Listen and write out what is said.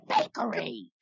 bakery